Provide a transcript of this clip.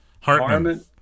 Hartman